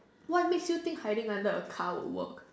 what makes you think hiding under a car will work